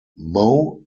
moe